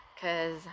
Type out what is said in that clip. cause